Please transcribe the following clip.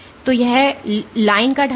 तो यह लाइन का ढलान